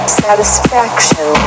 satisfaction